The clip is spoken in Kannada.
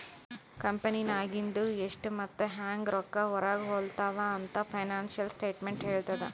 ಕಂಪೆನಿನಾಗಿಂದು ಎಷ್ಟ್ ಮತ್ತ ಹ್ಯಾಂಗ್ ರೊಕ್ಕಾ ಹೊರಾಗ ಹೊಲುತಾವ ಅಂತ್ ಫೈನಾನ್ಸಿಯಲ್ ಸ್ಟೇಟ್ಮೆಂಟ್ ಹೆಳ್ತುದ್